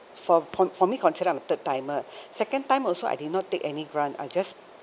for for for me considered I'm a third timer second time also I did not take any grant I just